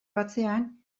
batzean